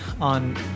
on